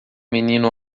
menino